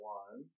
one